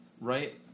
Right